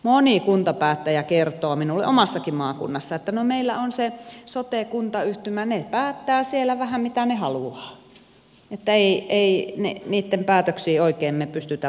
moni kuntapäättäjä kertoo minulle omassakin maakunnassani että no meillä on se sote kuntayhtymä he päättävät siellä vähän mitä haluavat emme me heidän päätöksiinsä oikein pysty vaikuttamaan